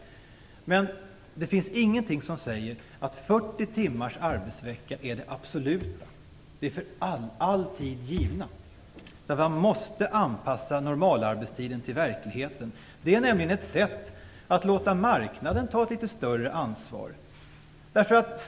Men det finns ingenting som säger att 40 timmars arbetsvecka är det absoluta, för all tid givna. Man måste anpassa normalarbetstiden till verkligheten. Det är ett sätt att låta marknaden ta ett litet större ansvar.